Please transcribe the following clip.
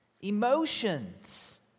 emotions